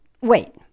Wait